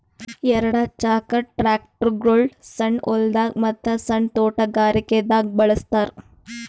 ಎರಡ ಚಾಕದ್ ಟ್ರ್ಯಾಕ್ಟರ್ಗೊಳ್ ಸಣ್ಣ್ ಹೊಲ್ದಾಗ ಮತ್ತ್ ಸಣ್ಣ್ ತೊಟಗಾರಿಕೆ ದಾಗ್ ಬಳಸ್ತಾರ್